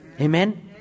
Amen